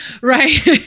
Right